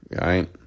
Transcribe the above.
right